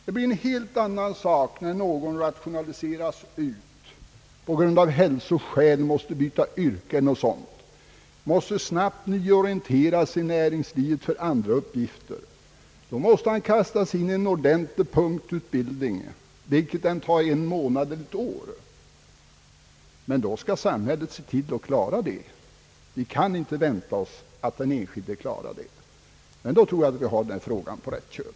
Det blir en helt annan sak när någon rationaliseras ut eller av hälsoskäl måste byta yrke. Han måste då snabbt orienteras till andra uppgifter i näringslivet. Han måste då kasta sig in i en ordentlig punktutbildning, den tar en månad eller ett år. Då skall samhället se till att klara detta; vi kan inte vänta oss att den enskilde skall klara det. Ser vi saken på det sättet, tror jag att vi har fått frågan in på rätt köl.